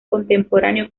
contemporáneo